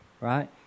right